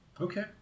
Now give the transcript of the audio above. Okay